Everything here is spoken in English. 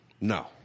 No